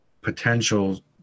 potential